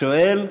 השואל.